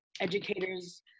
Educators